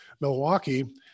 Milwaukee